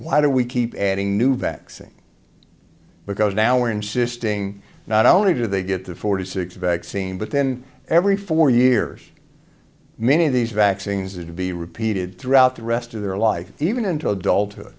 why do we keep adding new vaccine because now we're insisting not only do they get the forty six vaccine but then every four years many of these vaccines are to be repeated throughout the rest of their life even into adulthood